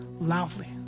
loudly